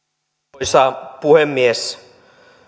arvoisa puhemies